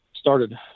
started